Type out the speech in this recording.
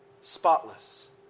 Spotless